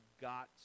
got